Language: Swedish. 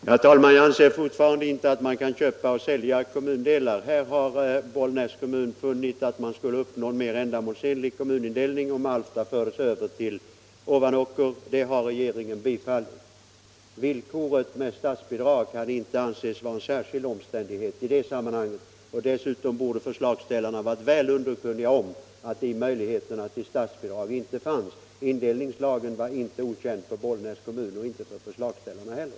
Herr talman! Jag anser fortfarande inte att man kan köpa och sälja kommundelar. Här har Bollnäs kommun funnit att man skulle uppnå en mer ändamålsenlig kommunindelning om Alfta fördes över till Ovanåker. Det har regeringen bifallit. Villkoret om statsbidrag kan inte anses vara en särskild omständighet. Dessutom borde förslagsställarna ha varit väl underkunniga om att sådana möjligheter till statsbidrag inte finns. Indelningslagen var inte okänd för Bollnäs kommun och inte för förslagsställarna heller.